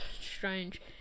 strange